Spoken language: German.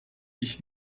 ich